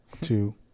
two